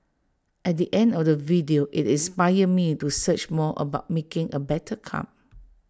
at the end of the video IT inspired me to search more about making A better cup